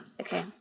Okay